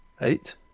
eight